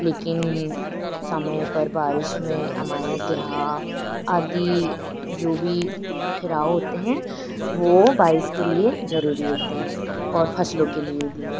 लेकिन समय पर बारिश में अमाई ग्रह आदि जो भी ठहराव होते हैं वे बारिश के लिए ज़रूरी होते हैं और फसलों के लिए भी